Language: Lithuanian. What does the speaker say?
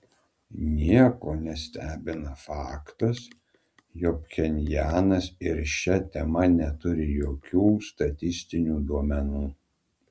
nieko nestebina faktas jog pchenjanas ir šia tema neturi jokių statistinių duomenų